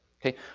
Okay